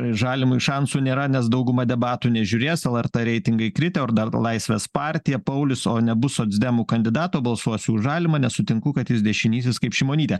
žalimui šansų nėra nes dauguma debatų nežiūrės lrt reitingai kritę ar dar laisvės partija paulius o nebus socdemų kandidato balsuosiu už žalimą nesutinku kad jis dešinysis kaip šimonytė